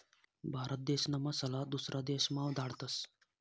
भारत देशना मसाला दुसरा देशमा धाडतस